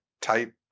type